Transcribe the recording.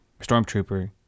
stormtrooper